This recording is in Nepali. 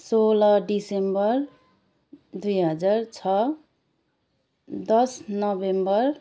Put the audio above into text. सोह्र दिसम्बर दुई हजार छः दस नोभेम्बर